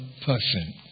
person